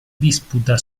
disputa